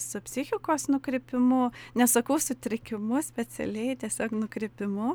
su psichikos nukrypimu nesakau sutrikimu specialiai tiesiog nukrypimu